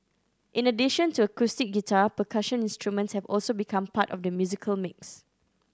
in addition to acoustic guitar percussion instruments have also become part of the musical mix